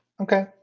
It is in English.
Okay